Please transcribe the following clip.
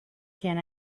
can